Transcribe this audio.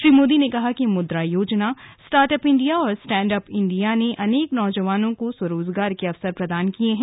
श्री मोदी ने कहा कि Mudra Yojana start up India और स्टैंड अप इंडिया ने अनेक नौजवानों को स्वरोजगार के अवसर प्रदान किये हैं